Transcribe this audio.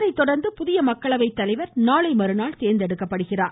அதன் பின்னர் புதிய மக்களவை தலைவர் நாளை மறுநாள் தேர்ந்தெடுக்கப்படுகிறார்